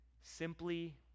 simply